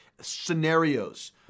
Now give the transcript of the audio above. scenarios